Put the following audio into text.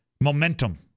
momentum